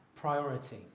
priority